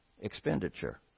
expenditure